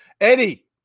Eddie